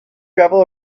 gravel